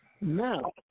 now